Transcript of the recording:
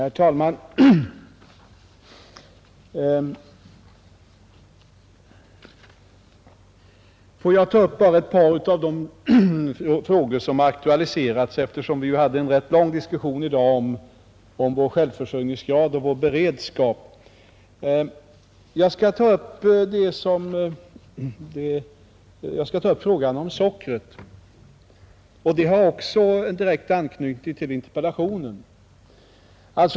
Fru talman! Får jag ta upp bara ett par av de frågor som har aktualiserats, eftersom vi hade en rätt lång diskussion i dag om vår självförsörjningsgrad och vår beredskap. Jag skall ta upp frågan om sockret, en fråga som också har direkt anknytning till interpellationen.